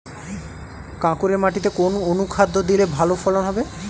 কাঁকুরে মাটিতে কোন অনুখাদ্য দিলে ভালো ফলন হবে?